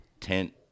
tent